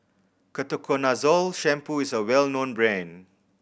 Ketoconazole Shampoo is a well known brand